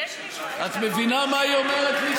את מבינה מה היא אומרת לי,